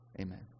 amen